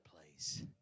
place